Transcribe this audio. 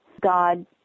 God